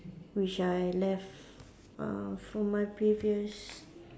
which I left uh for my previous